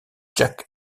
jack